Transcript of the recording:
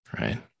right